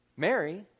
Mary